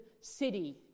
city